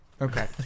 Okay